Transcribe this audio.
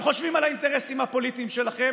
חושבים על האינטרסים הפוליטיים שלכם